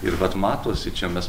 ir vat matosi čia mes